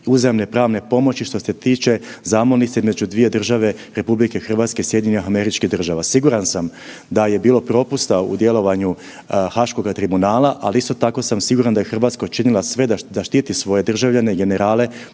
uzajamne pravne pomoći što se tiče zamolnice između dvije države RH i SAD. Siguran sam da je bilo propusta u djelovanju Haškoga tribunala, ali isto tako sam siguran da je Hrvatska učinila sve da zaštiti svoje državljane, generale